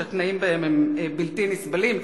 שהתנאים בהם הם בלתי נסבלים.